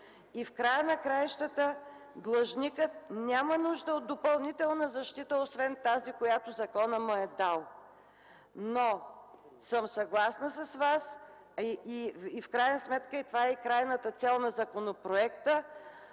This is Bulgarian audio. И в края на краищата длъжникът няма нужда от допълнителна защита, освен тази, която законът му е дал. Съгласна съм с Вас и в крайна сметка това е и крайната цел на законопроекта,